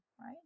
right